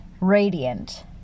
radiant